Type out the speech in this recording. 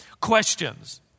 questions